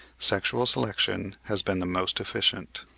sexual selection has been the most efficient.